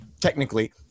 technically